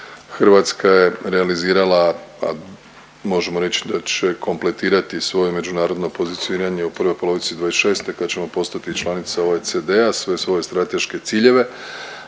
Hrvatska je realizirala, a možemo reć da će kompletirati svoje međunarodno pozicioniranje u prvoj polovici '26. kad ćemo postati članica OECD-a, sve svoje strateške ciljeve.